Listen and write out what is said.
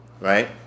right